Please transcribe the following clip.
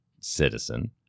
citizen